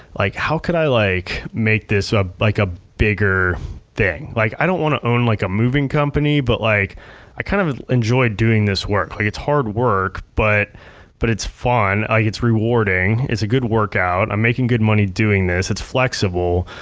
like, how could i like make this ah like a bigger thing? like i don't wanna own like a moving company, but like i kinda kind of enjoy doing this work. like it's hard work, but but it's fun, it's rewarding, it's a good workout, i'm making good money doing this. it's flexible.